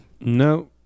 No